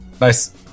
Nice